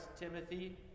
Timothy